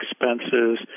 expenses